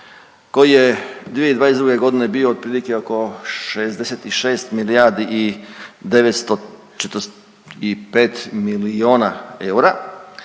koji je 2022.g. bio otprilike oko 66 milijardi i 945 milijuna eura,